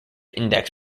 index